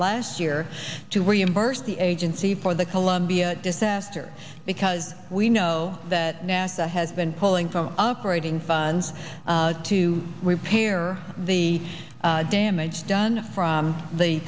last year to reimburse the agency for the columbia disaster because we know that nasa has been pulling from operating funds to repair the damage done from the